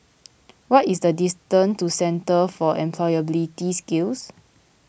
what is the distance to Centre for Employability Skills